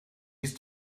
ist